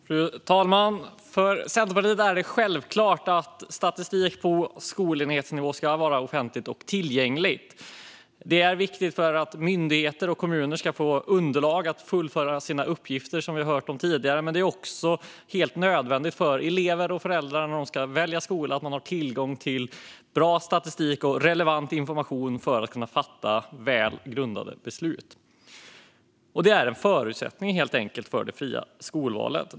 Fru talman! För Centerpartiet är det självklart att statistik på skolenhetsnivå ska vara offentlig och tillgänglig. Det är viktigt för att myndigheter och kommuner ska få underlag för att fullgöra sina uppgifter, som vi hört om tidigare. Men det är också helt nödvändigt för elever och föräldrar när de ska välja skola att de har tillgång till bra statistik och relevant information för att kunna fatta välgrundade beslut. Det är helt enkelt en förutsättning för det fria skolvalet.